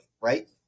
right